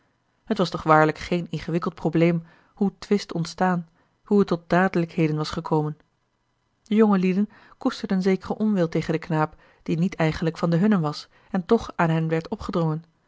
het was toch waarlijk geen ingewikkeld probleem hoe er twist ontstaan hoe het tot dadelijkheden was gekomen de jongelieden koesterden zekeren onwil tegen den knaap die niet eigenlijk van de hunnen was en toch aan hen werd opgedrongen